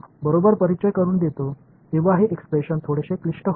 எனது பேஸர்களை சரியாக அறிமுகப்படுத்தும்போது இந்த வெளிப்பாடு இன்னும் கொஞ்சம் சிக்கலாகிறது